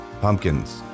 pumpkins